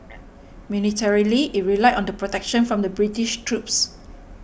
militarily it relied on the protection from the British troops